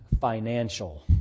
financial